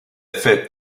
fait